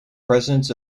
presidents